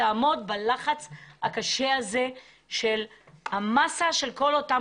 לעמוד בלחץ הקשה הזה ומול כל אותם